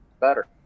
better